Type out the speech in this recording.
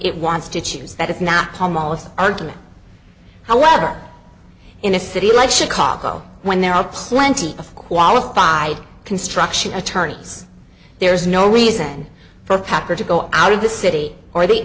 it wants to choose that it's not pomalyst argument however in a city like chicago when there are plenty of qualified construction attorneys there is no reason for copper to go out of the city or the